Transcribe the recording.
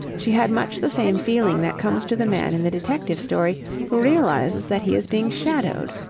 she had much the same feeling that comes to the man in the detective story who realizes that he is being shadowed.